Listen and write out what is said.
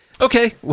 Okay